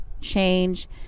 change